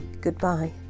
Goodbye